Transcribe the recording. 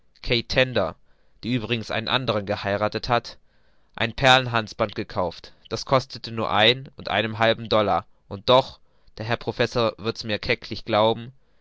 die übrigens einen anderen geheiratet hat ein perlenhalsband gekauft das kostete nur ein und einen halben dollar und doch der herr professor kann mir's kecklich glauben